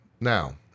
Now